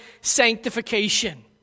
sanctification